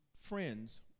friends